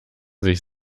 sich